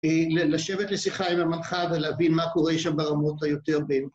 ל... לשבת לשיחה עם המנחה, ולהבין מה קורה שם ברמות היותר בין...